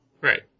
Right